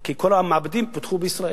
כי כל המעבדים פותחו בישראל.